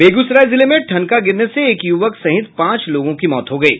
बेगूसराय जिले में ठनका गिरने से एक युवक सहित पांच लोगों की मौत हो गयी